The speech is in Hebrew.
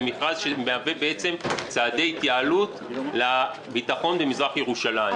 המכרז מהווה צעדי התייעלות לביטחון במזרח ירושלים.